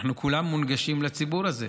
כולם מונגשים לציבור הזה.